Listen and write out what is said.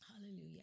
Hallelujah